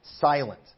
silent